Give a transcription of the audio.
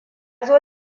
zo